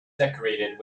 decorated